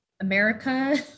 America